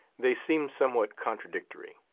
they seemed somewhat contradictory.